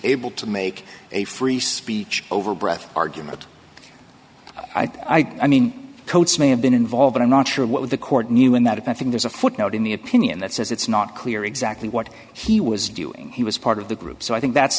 able to make a free speech over breath argument i mean coats may have been involved i'm not sure what the court knew in that if i think there's a footnote in the opinion that says it's not clear exactly what he was doing he was part of the group so i think that's